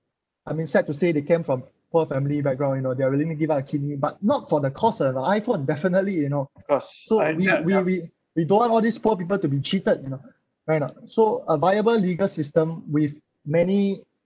I mean sad to say they came from poor family background you know there are willing to give up a kidney but not for the cost of a iphone definitely you know so we we we we don't want all these poor people to be cheated you know right or not so a viable legal system with many